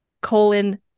colon